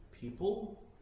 people